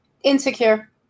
insecure